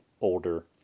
older